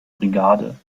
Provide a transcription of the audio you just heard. brigade